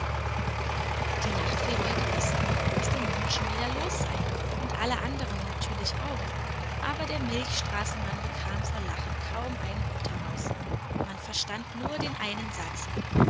die nachtfee wollte wissen was denn nun schon wieder los sei und alle anderen natürlich auch aber der milchstraßenmann bekam vor lachen kaum ein wort heraus man verstand nur den einen satz